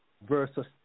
versus